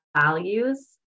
values